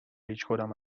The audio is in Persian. هیچکدام